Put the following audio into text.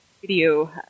video